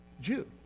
Jew